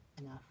enough